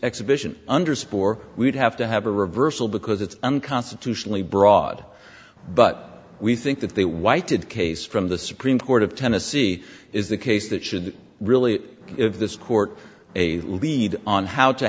spore we'd have to have a reversal because it's unconstitutionally broad but we think that the whited case from the supreme court of tennessee is the case that should really if this court a lead on how to